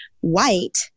white